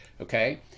okay